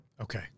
Okay